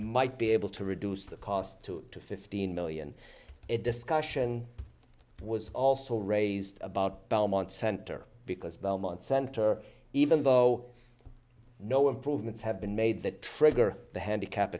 might be able to reduce the cost to fifteen million a discussion was also raised about belmont center because belmont center even though no improvements have been made that trigger the handicap